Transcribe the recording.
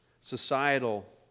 societal